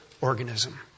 organism